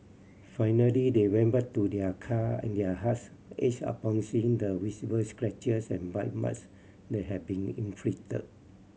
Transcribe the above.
finally they went back to their car and their hearts ached upon seeing the visible scratches and bite marts that had been inflicted